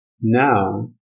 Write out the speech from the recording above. Now